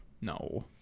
no